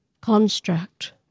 construct